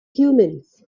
humans